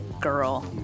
girl